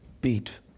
beat